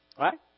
Right